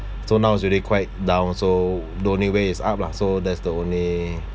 so now is really quite down so the only way is up lah so that's the only